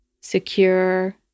secure